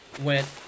went